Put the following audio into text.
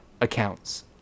accounts